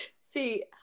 See